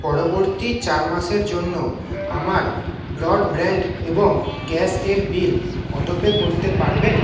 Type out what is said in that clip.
পরবর্তী চার মাসের জন্য আমার ব্রডব্যান্ড এবং গ্যাসের বিল অটো পে করতে পারবেন